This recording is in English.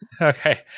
Okay